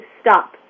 stop